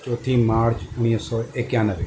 चोथीं मार्च उणिवीह सौ एकानवे